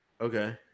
Okay